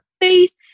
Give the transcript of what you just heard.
face